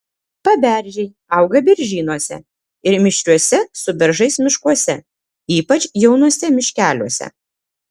paberžiai auga beržynuose ir mišriuose su beržais miškuose ypač jaunuose miškeliuose